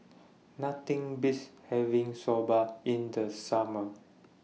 Nothing Beats having Soba in The Summer